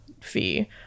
fee